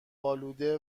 آلوده